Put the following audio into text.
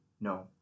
No